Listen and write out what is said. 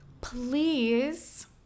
Please